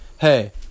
Hey